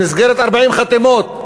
במסגרת 40 חתימות,